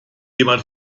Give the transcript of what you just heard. jemand